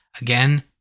Again